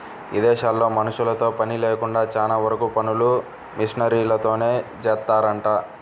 ఇదేశాల్లో మనుషులతో పని లేకుండా చానా వరకు పనులు మిషనరీలతోనే జేత్తారంట